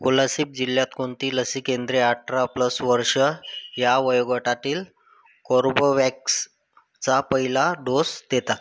कोलासिब जिल्ह्यात कोणती लसी केंद्रे अठरा प्लस वर्ष या वयोगटातील कोर्बोवॅक्सचा पहिला डोस देतात